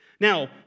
Now